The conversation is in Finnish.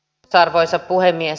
arvoisa puhemies